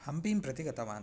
हम्पीं प्रति गतवान्